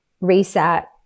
reset